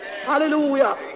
Hallelujah